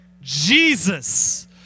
Jesus